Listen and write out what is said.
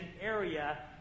area